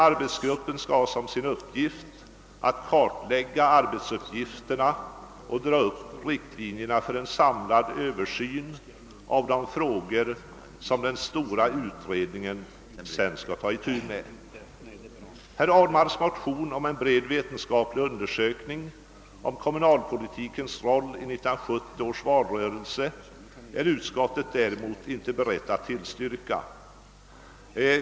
Arbetsgruppen skall ha till uppdrag att kartlägga arbetsuppgifterna och dra upp riktlinjerna för en samlad översyn av de frågor, som den stora utredningen sedan skall ta itu med. Herr Ahlmarks motionsyrkande om en bred vetenskaplig undersökning angående kommunalpolitikens roll i 1970 års valrörelse är utskottet däremot inte redo att tillstyrka.